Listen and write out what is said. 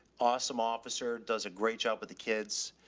awesome. officer does a great job with the kids.